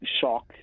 shock